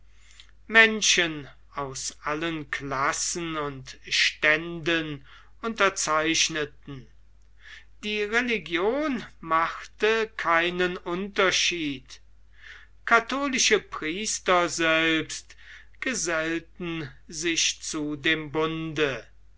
menschen aus allen klassen und ständen unterzeichneten die religion machte keinen unterschied katholische priester selbst gesellten sich zu dem bunde